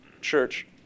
Church